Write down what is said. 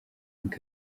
rugo